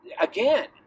again